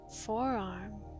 forearm